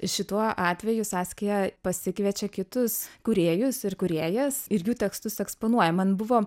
šituo atveju saskija pasikviečia kitus kūrėjus ir kūrėjas ir jų tekstus eksponuoja man buvo